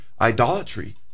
idolatry